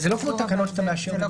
זה לא כמו תקנות שאתה מאשר.